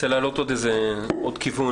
אני רוצה להעלות עוד כיוון.